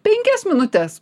penkias minutes